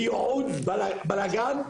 בייעוד בלגן,